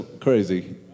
crazy